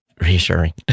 reassuring